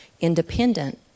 independent